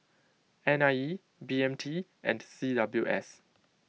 N I E B M T and C W S